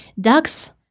ducks